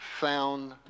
found